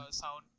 sound